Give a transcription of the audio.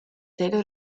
taylor